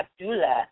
Abdullah